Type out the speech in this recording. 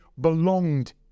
belonged